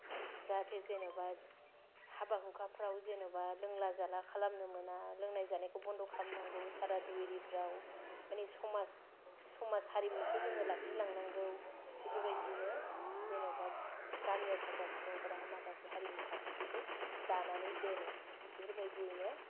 जाहाथे जेनबा हाबा हुखाफोराव जेनबा लोंला जाला खालामनो मोना लोंनाय जानायखौ बन्द' खालामनांगौ सादा बिरिफ्राव माने समाज समाज हारिमुखौ जों लाखिलांनांगौ बेफोरबायदिनो जेनबा गामियाव थाग्रा सुबुंफोराहाय माखासे हारिमु खान्थिफोरखौ दानानै दोनो बेफोरबायदियैनो